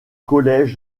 collège